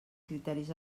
criteris